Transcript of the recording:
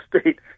State